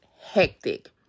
hectic